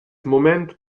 moment